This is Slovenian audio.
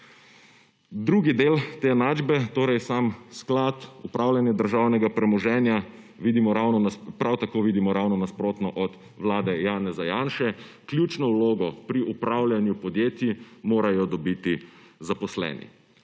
Drugi del te enačbe, torej sam sklad, upravljanje državnega premoženja, prav tako vidimo ravno nasprotno od Vlade Janeza Janše. Ključno vlogo pri upravljanju podjetij morajo dobiti zaposleni.